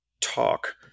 talk